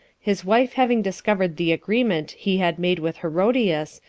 his wife having discovered the agreement he had made with herodias,